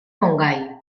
montgai